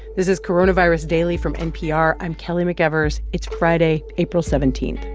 this is coronavirus daily from npr. i'm kelly mcevers. it's friday, april seventeen